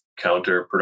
counterproductive